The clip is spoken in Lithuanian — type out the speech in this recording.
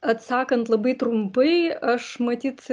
atsakant labai trumpai aš matyt